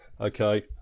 okay